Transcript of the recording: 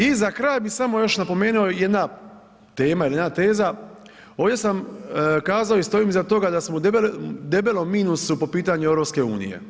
I za kraj bi samo još napomenuo jedna tema, jedina teza ovdje sam kazao i stojim iza toga da smo u debelom minusu po pitanju EU.